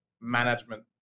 management